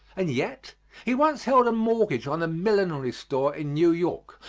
and yet he once held a mortgage on a millinery store in new york,